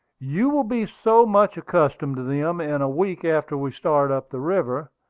you will be so much accustomed to them in a week after we start up the river,